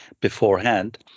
beforehand